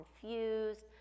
confused